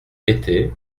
était